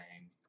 name